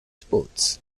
sports